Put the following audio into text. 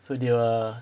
so they were